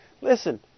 listen